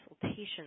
consultation